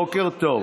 בוקר טוב.